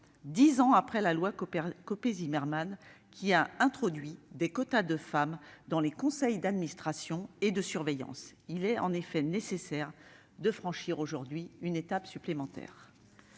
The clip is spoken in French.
Dix ans après la loi Copé-Zimmermann, qui a introduit des quotas de femmes dans les conseils d'administration et de surveillance, il est en effet nécessaire de franchir une étape supplémentaire.